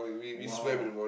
!wow!